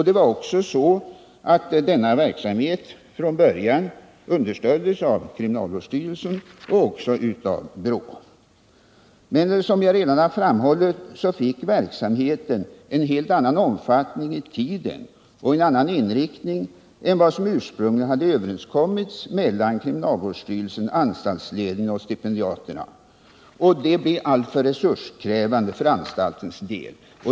Det var också så att denna verksamhet från början understöddes av kriminalvårdsstyrelsen liksom av BRÅ. Men som jag redan har framhållit fick verksamheten en helt annan omfattning i tiden och en annan inriktning än vad som ursprungligen hade överenskommits mellan kriminalvårdsstyrelsen, anstaltsledningen och stipendiaterna, och den blev alltför resurskrävande för anstaltens del.